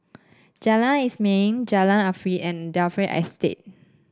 Jalan Ismail Jalan Arif and Dalvey Estate